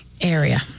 area